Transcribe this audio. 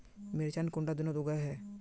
मिर्चान कुंडा दिनोत उगैहे?